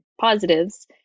positives